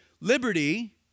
Liberty